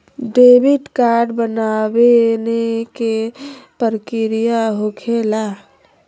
Debit card बनवाने के का प्रक्रिया होखेला?